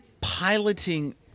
piloting